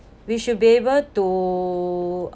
we should be able to